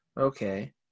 okay